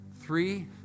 Three